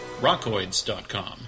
rockoids.com